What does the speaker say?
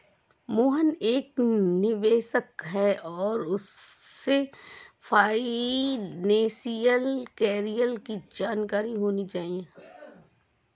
मोहन एक निवेशक है और उसे फाइनेशियल कैरियर की जानकारी होनी चाहिए